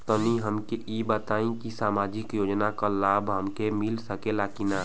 तनि हमके इ बताईं की सामाजिक योजना क लाभ हमके मिल सकेला की ना?